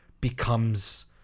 becomes